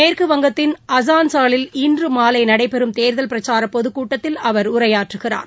மேற்குவங்கத்தின் அஸான்சாலில் இன்று மாலை நடைபெறும் தேர்தல் பிரச்சாரப் பொதுக்கூட்டத்தில் அவர் உரையாற்றுகிறார்